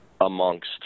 amongst